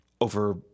over